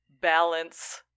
balance